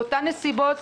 באותן נסיבות,